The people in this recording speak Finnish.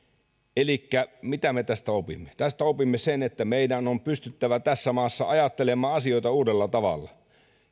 elikkä mitä me tästä opimme tästä opimme sen että meidän on pystyttävä tässä maassa ajattelemaan asioita uudella tavalla